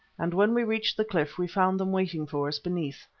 and when we reached the cliff we found them waiting for us beneath.